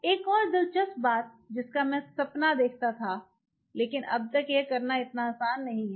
एक और दिलचस्प बात जिसका मैं सपना देखता था लेकिन अब तक यह करना इतना आसान नहीं है